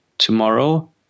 tomorrow